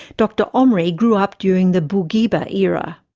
dr omri grew up during the bourguiba era.